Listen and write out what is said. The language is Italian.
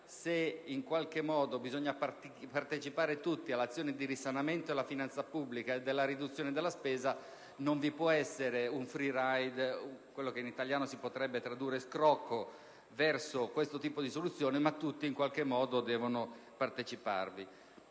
In realtà, se bisogna partecipare tutti all'azione di risanamento della finanza pubblica e della riduzione della spesa, non vi può essere un *free ride*, quello che in italiano si potrebbe tradurre "scrocco", verso questo tipo di soluzione, ma tutti in qualche modo devono parteciparvi.